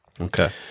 Okay